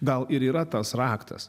gal ir yra tas raktas